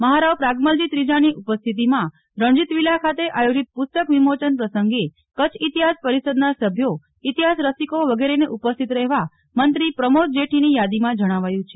મહારાવ પ્રાગમલજી ત્રીજાની ઉપસ્થિતિમાં રણજીત વિલા ખાતે આયોજિત પુસ્તક વિમોચન પ્રસંગે કચ્છ ઈતિહાસ પરિષદના સભ્યો ઈતિહાસરસીકો વગેરેને ઉપસ્થિત રહેવા મંત્રી પ્રમોદ જેઠીની યાદીમાં જણાવાયું છે